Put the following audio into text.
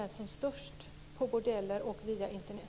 Internet?